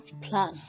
plan